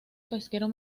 pesquero